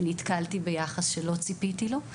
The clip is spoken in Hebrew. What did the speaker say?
נתקלתי ביחס שלא ציפיתי לו.